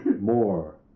more